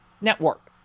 network